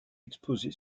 exposée